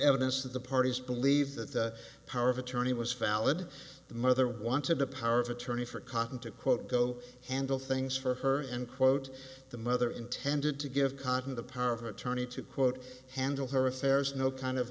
evidence that the parties believe that the power of attorney was fallin to the mother wanted the power of attorney for cotton to quote go handle things for her and quote the mother intended to give condon the power of attorney to quote handle her affairs no kind of